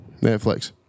Netflix